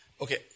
Okay